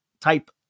type